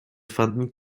fanden